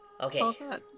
Okay